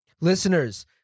Listeners